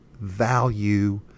value